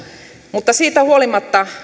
mutta siitä huolimatta